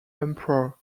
emperor